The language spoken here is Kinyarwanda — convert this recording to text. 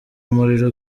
umuriro